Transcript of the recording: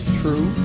true